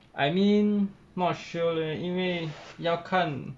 I mean not sure leh 因为要看